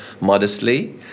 modestly